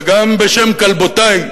וגם בשם כלבותי,